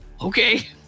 okay